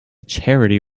charity